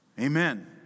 Amen